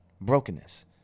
brokenness